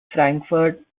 frankfurt